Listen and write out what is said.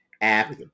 app